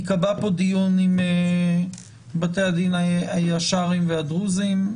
ייקבע פה דיון עם בתי הדין השרעיים והדרוזיים,